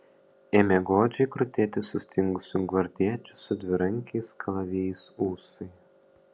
ėmė godžiai krutėti sustingusių gvardiečių su dvirankiais kalavijais ūsai